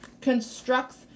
constructs